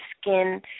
skin